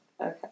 Okay